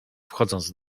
wchodząc